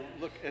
look